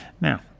Now